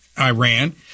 Iran